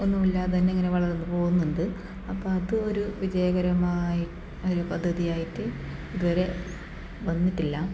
ഒന്നും ഇല്ലാതെ തന്നെ ഇങ്ങനെ വളർന്ന് പോകുന്നുണ്ട് അപ്പം അത് ഒരു വിജയകരമായ പദ്ധതി ആയിട്ട് ഇതുവരെ വന്നിട്ടില്ല